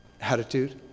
attitude